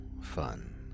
fun